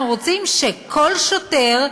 אנחנו רוצים שכל שוטר,